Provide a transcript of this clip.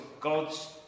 God's